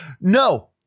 no